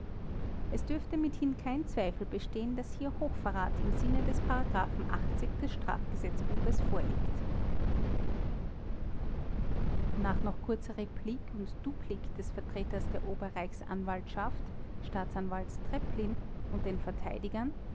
es dürfte mithin kein zweifel bestehen daß hier hochverrat im sinne des des strafgesetzbuches vorliegt nach noch kurzer replik und duplik des vertreters der ober reichsanwaltschaft staatsanwalts treplin und den verteidigern